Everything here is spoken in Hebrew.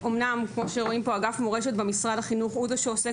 שאמנם אגף מורשת במשרד החינוך הוא זה שעוסק